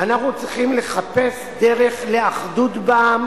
אנחנו צריכים לחפש דרך לאחדות בעם